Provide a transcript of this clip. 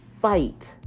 fight